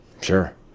Sure